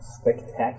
Spectacular